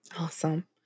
Awesome